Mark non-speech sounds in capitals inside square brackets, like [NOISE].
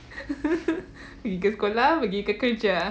[LAUGHS] pergi ke sekolah pergi ke kerja